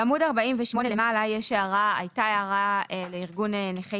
בעמוד 48 למעלה הייתה הערה לארגון נכי